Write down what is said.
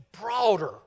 broader